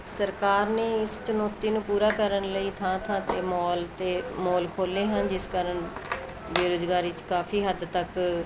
ਸਰਕਾਰ ਨੇ ਇਸ ਚੁਣੌਤੀ ਨੂੰ ਪੂਰਾ ਕਰਨ ਲਈ ਥਾਂ ਥਾਂ 'ਤੇ ਮੋਲ ਅਤੇ ਮੋਲ ਖੋਲ੍ਹੇ ਹਨ ਜਿਸ ਕਾਰਨ ਬੇਰੁਜ਼ਗਾਰੀ 'ਚ ਕਾਫੀ ਹੱਦ ਤੱਕ